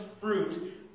fruit